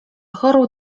chorą